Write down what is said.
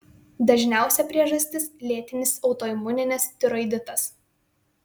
dažniausia priežastis lėtinis autoimuninis tiroiditas